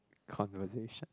conversation